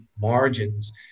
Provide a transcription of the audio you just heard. margins